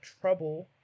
trouble